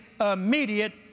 immediate